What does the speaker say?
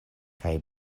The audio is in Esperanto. kaj